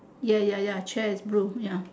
ya ya ya chair is blue ya